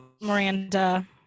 miranda